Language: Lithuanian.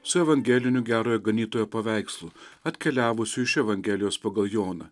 su evangeliniu gerojo ganytojo paveikslu atkeliavusiu iš evangelijos pagal joną